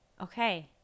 Okay